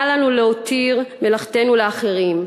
אל לנו להותיר מלאכתנו לאחרים,